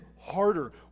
harder